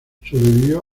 sobrevivió